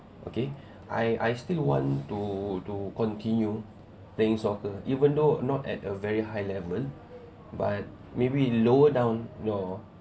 okay I I still want to to continue playing soccer even though not at a very high level but maybe lower down your